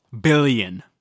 Billion